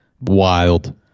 Wild